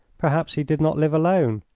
perhaps he did not live alone.